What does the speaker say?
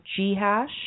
GHASH